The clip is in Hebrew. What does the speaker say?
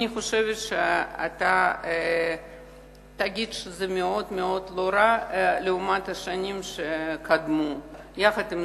אני חושבת שאתה תגיד שזה מאוד מאוד לא רע לעומת השנים שקדמו לכך.